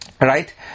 Right